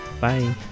Bye